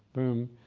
boom,